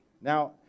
Now